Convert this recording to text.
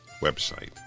website